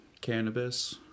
cannabis